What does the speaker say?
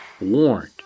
warned